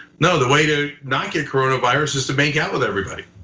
no, the way to not get corona virus is to make out with everybody.